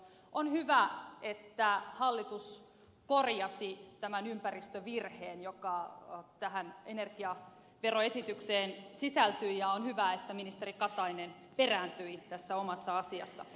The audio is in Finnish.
on hyvä että hallitus korjasi tämän ympäristövirheen joka tähän energiaveroesitykseen sisältyi ja on hyvä että ministeri katainen perääntyi tässä omassa asiassaan